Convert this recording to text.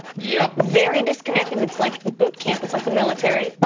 yeah very disconnected, it's like boot camp, it's like the military.